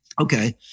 Okay